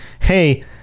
hey